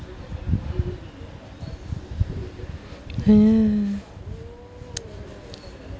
!haiya!